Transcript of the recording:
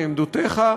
לעמדותיך.